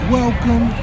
welcome